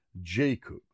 Jacob